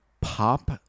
pop